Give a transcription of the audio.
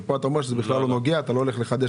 כאן אתה אומר שזה בכלל לא נוגע ואתה כרגע לא הולך לחדש.